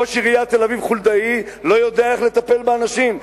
ראש עיריית תל-אביב חולדאי לא יודע איך לטפל באנשים.